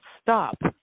stop